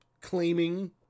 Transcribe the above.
claiming